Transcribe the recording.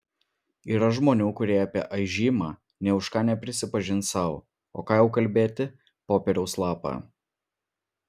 yra žmonių kurie apie aižymą nė už ką neprisipažins sau o ką jau kalbėti popieriaus lapą